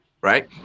right